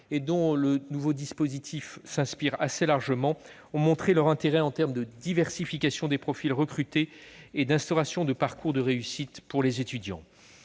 et dont le nouveau dispositif s'inspire assez largement ont montré leur intérêt en termes de diversification des profils recrutés et d'instauration de parcours de réussite pour les étudiants.